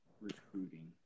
recruiting